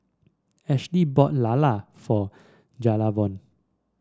Ashlee bought lala for Jayvon